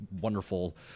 wonderful